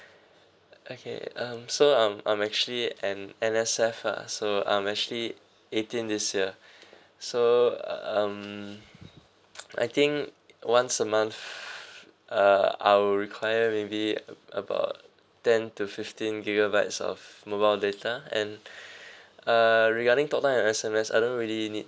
okay um so I'm I'm actually an N_S_F lah so I'm actually eighteen this year so uh um I think once a month uh I will require maybe about ten to fifteen gigabytes of mobile data and err regarding talk time and S_M_S I don't really need